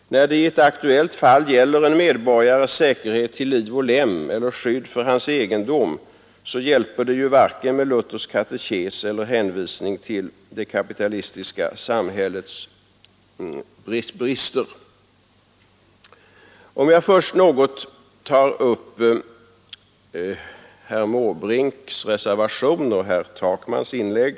När det i ett aktuellt fall gäller en medborgares säkerhet till liv och lem eller skydd för hans egendom hjälper det ju varken med Luthers katekes eller med hänvisning till det kapitalistiska samhällets brister. Låt mig först något beröra herr Måbrinks reservation och herr Takmans inlägg.